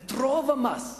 את רוב המס.